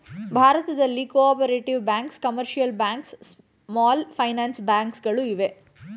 ಭಾರತದಲ್ಲಿ cooperative banks, commercial banks, small finance bank ಗಳು ಇವೆ